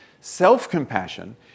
self-compassion